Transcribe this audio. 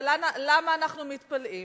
אבל למה אנחנו מתפלאים?